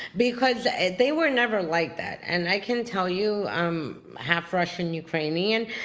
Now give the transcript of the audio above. because they were never like that, and i can tell you, i'm half russian ukrainian,